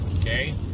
Okay